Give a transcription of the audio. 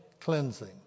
cleansing